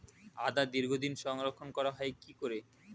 আদা দীর্ঘদিন সংরক্ষণ করা হয় কি করে?